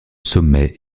sommet